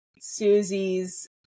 Susie's